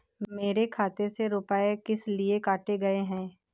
मेरे खाते से रुपय किस लिए काटे गए हैं?